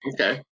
Okay